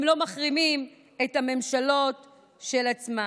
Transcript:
הם לא מחרימים את הממשלות של עצמם.